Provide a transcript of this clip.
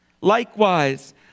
Likewise